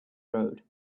road